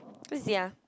cause you see ah